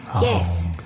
Yes